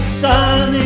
sun